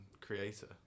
creator